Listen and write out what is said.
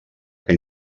que